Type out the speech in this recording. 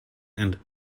and